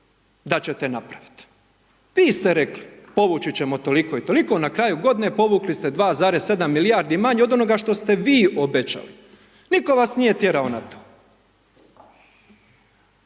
da ćete napraviti, vi ste rekli, povući ćemo toliko i toliko, na kraju godine povukli ste 2,7 milijardi manje od onoga što ste vi obećali, nitko vas nije tjerao na to.